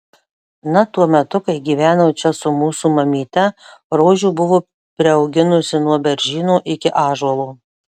na tuo metu kai gyveno čia su mūsų mamyte rožių buvo priauginusi nuo beržyno iki ąžuolo